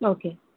okay